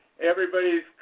everybody's